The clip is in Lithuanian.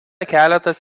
keletas